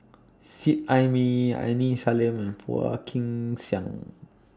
Seet Ai Mee Aini Salim and Phua Kin Siang